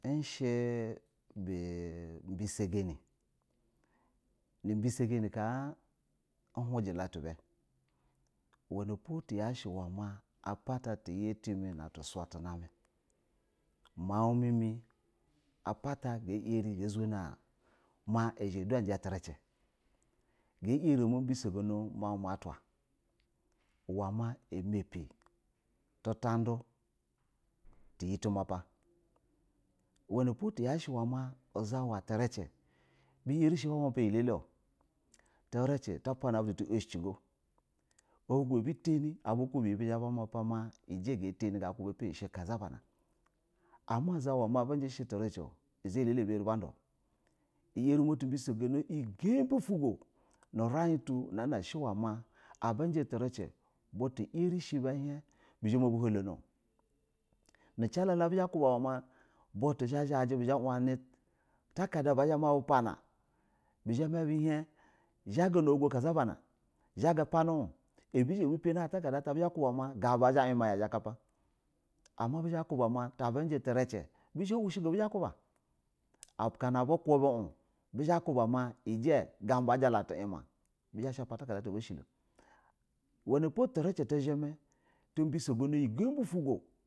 Bishɛ bu bɛsaganɛ nu ubɛ sa ganɛ ka uhajɛ ketu ubɛ, uwe po apa ta tyo timɛ na natuso timɛ tinamɛ mau mim ɛ mɛ apata ga zunɛ in uwa ma aji tricɛ ga triɛ a ma bɛsoga no mau ma atwa uwɛ ma a mapɛ tunta du tiyɛ tuma pa uuuɛ nɛpo tayashɛ uwɛ ma uzawa tricɛ biyarɛ shɛ ba ma pa iyɛ lelɛ oh tricɛ ta pana butu ti oshɛji go alugo abu tani ajɛ abu kubɛ shɛ iyɛ kazaba na, ama uzawa ma bujɛ shɛ taricɛ uza yɛ alɛlɛ ba mapa o iyarɛ ma tu biso gono iyɛ gambɛ ufu go nu urin tu abu jɛ tiricɛ butu bizha ma bu holono, nicila la bizhɛ ba kubu wɛ ma butu zha ba zhajɛ baunɛ atakada bazha mabu pana bizhɛ ma bu hin zha ga na ulugo kaza bana zhaga pani un a hipani hin utaka da ga bu a zha ayɛ ma ya aka pa amo bizha kuba ma ta bujɛ tiriceɛ bizha baushɛ go, ya ba kuba aka na bu kubi in bizhɛ ba kuba uwɛ ma gamba a jala tu yuma, bizha ba sha pa uta ka da ata ba shɛlo, wunapo tiricɛ tizhɛ mɛ ta biso gono iyɛ go bi fugo.